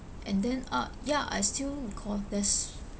and then uh ya I still recall this